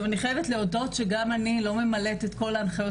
אני חייבת להודות שגם אני לא ממלאת את כל ההנחיות